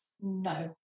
no